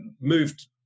moved